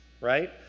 right